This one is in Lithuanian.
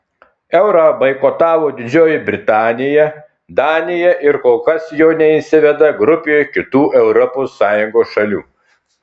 eurą boikotavo didžioji britanija danija ir kol kas jo neįsiveda grupė kitų europos sąjungos šalių